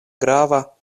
grava